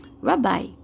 Rabbi